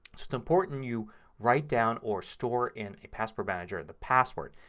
it's important you write down or store in a password manager the password.